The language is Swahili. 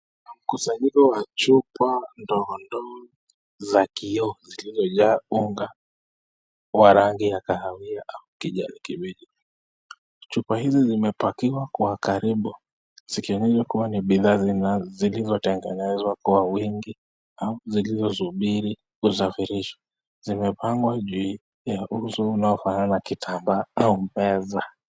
Mkusanyiko wa chupa ndogondogo za kioo zilizojaa unga wa rangi ya kahawia au kijani kibichi. Chupa hizi zimepakiwa kwa karibu zikionyesha kuwa ni bidhaa zilizotengenezwa kwa wingi au zilizosubiri kusafirishwa zimepangwa juu ya uso unaofanana na kitambaa au meza.